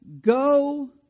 go